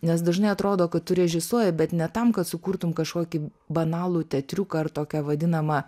nes dažnai atrodo kad tu režisuoji bet ne tam kad sukurtum kažkokį banalų teatriuką ar tokią vadinamą